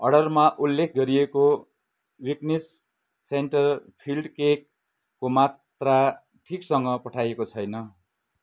अर्डरमा उल्लेख गरिएको विन्किस् सेन्टर फिल्ड केकको मात्रा ठिकसँग पठाइएको छैन